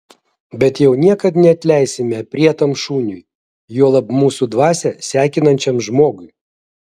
bet jau niekad neatleisime aprietam šuniui juolab mūsų dvasią sekinančiam žmogui